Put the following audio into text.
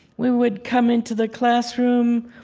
we would come into the classroom,